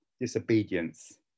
Disobedience